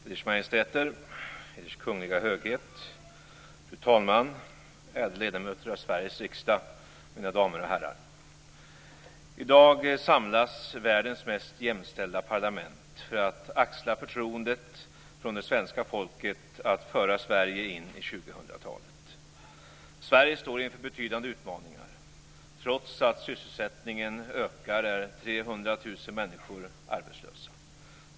Eders Majestäter, Eders Kungliga Höghet, fru talman, ärade ledamöter av Sveriges riksdag, mina damer och herrar! I dag samlas världens mest jämställda parlament för att axla förtroendet från det svenska folket att föra Sverige står inför betydande utmaningar. Trots att sysselsättningen ökar är 300 000 människor arbetslösa.